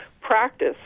practice